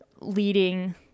leading